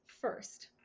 first